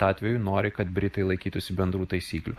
atveju nori kad britai laikytųsi bendrų taisyklių